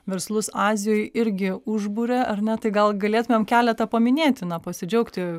verslus azijoj irgi užburia ar ne tai gal galėtumėm keletą paminėti na pasidžiaugti